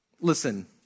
Listen